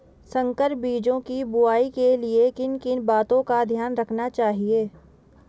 संकर बीजों की बुआई के लिए किन किन बातों का ध्यान रखना चाहिए?